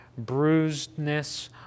bruisedness